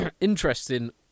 interesting